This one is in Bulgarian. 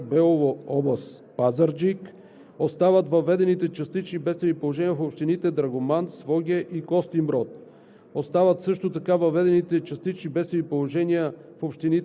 Остава обявеното частично бедствено положение в град Белово, област Пазарджик. Остават въведените частични бедствени положения в общините Драгоман, Своге и Костинброд.